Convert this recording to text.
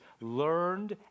learned